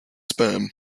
spam